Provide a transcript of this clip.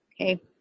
Okay